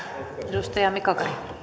arvoisa rouva